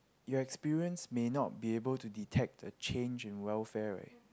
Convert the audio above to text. your experience may not be able to detect a change in welfare right